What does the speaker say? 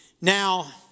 Now